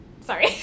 Sorry